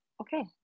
okay